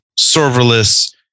serverless